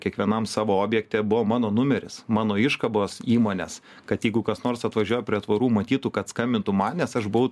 kiekvienam savo objekte buvo mano numeris mano iškabos įmonės kad jeigu kas nors atvažiuoja prie tvorų matytų kad skambintų man nes aš buvau